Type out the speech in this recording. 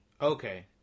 Okay